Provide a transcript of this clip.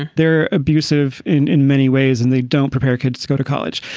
and they're abusive in in many ways and they don't prepare kids go to college.